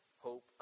hope